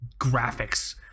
graphics